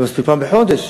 מספיק פעם בחודש.